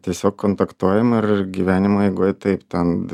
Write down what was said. tiesiog kontaktuojam ir gyvenimo eigoj taip ten